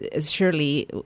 surely